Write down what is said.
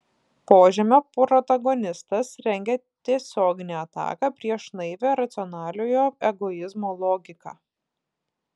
požemio protagonistas rengia tiesioginę ataką prieš naivią racionaliojo egoizmo logiką